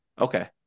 Okay